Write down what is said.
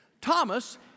Thomas